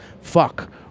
Fuck